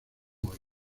hoy